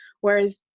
Whereas